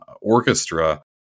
orchestra